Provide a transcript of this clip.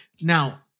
Now